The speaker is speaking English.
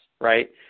right